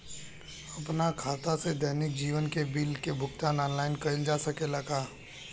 आपन खाता से दैनिक जीवन के बिल के भुगतान आनलाइन कइल जा सकेला का?